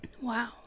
wow